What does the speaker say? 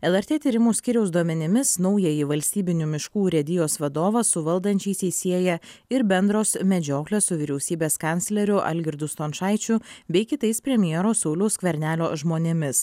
lrt tyrimų skyriaus duomenimis naująjį valstybinių miškų urėdijos vadovą su valdančiaisiais sieja ir bendros medžioklės su vyriausybės kancleriu algirdu stončaičiu bei kitais premjero sauliaus skvernelio žmonėmis